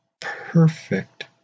perfect